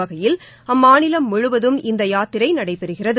வகையில் அம்மாநிலம் முழுவதும் இந்த யாத்திரை நடைப்பெறுகிறது